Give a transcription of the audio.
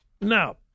Now